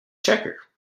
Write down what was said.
checker